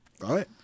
right